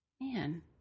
Man